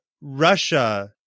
Russia